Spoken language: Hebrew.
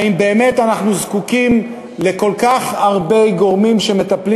האם באמת אנחנו זקוקים לכל כך הרבה גורמים שמטפלים